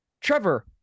Trevor